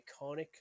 iconic